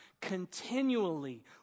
continually